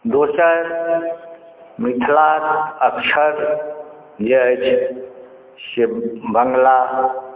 दोसर मिथिलाक्षर जे अछि से बंगला